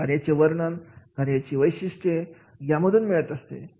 कार्याचे वर्णन कार्याची वैशिष्ट्ये यामधून मिळत असते